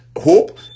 hope